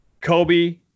Kobe